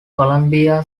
columbia